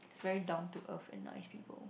very down to earth and nice people